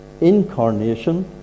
incarnation